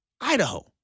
Idaho